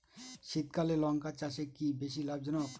শীতকালে লঙ্কা চাষ কি বেশী লাভজনক?